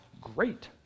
great